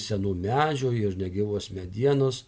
senų medžių ir negyvos medienos